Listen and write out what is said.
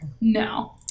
No